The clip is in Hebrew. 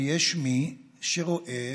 ויש מי שרואה